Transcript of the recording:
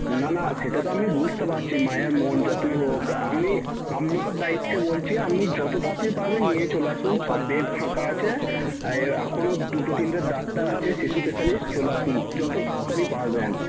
না না সেটা তো আমি বুঝতে পারছি মায়ের মন যতই হোক আমি আপনার দায়িত্বে বলছি আপনি যতো তাড়াতাড়ি পারবেন নিয়ে চলে আসুন সব বেড ফাঁকা আছে এই ইয়ে এখনও দুটো তিনটের ডাক্তার আছে শিশু স্পেশালিস্ট চলে আসুন যতো তাড়াতাড়ি পারবেন